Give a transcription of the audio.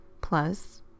Plus